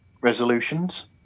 resolutions